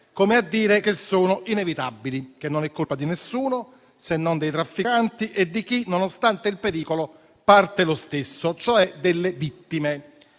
come a dire che sono inevitabili, che non è colpa di nessuno, se non dei trafficanti e di chi, nonostante il pericolo, parte lo stesso, cioè delle vittime.